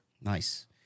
Nice